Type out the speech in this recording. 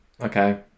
Okay